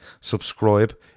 Subscribe